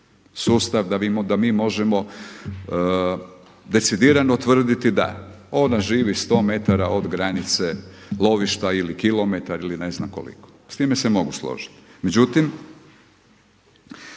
sustav da mi možemo decidirano tvrditi da ona živi 100 metara od granice lovišta ili kilometar ili ne znam koliko. S time se mogu složiti. Međutim,